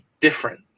different